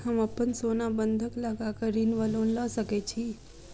हम अप्पन सोना बंधक लगा कऽ ऋण वा लोन लऽ सकै छी?